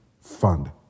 fund